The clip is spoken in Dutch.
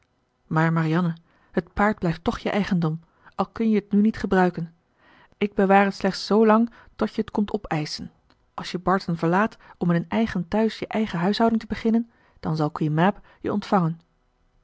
maar marianne het paard blijft toch je eigendom al kun je het nu niet gebruiken ik bewaar het slechts zoolang tot je het komt opeischen als je barton verlaat om in een eigen thuis je eigen huishouding te beginnen dan zal queen mab je ontvangen